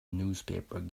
newspaper